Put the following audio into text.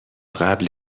قبل